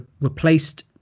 replaced